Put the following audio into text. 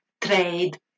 trade